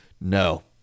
No